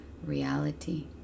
Reality